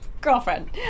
Girlfriend